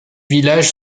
village